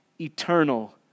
eternal